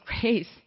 grace